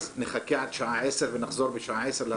נחכה עד שעה 22:00 ונחזור בשעה 22:00 להצבעות?